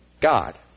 God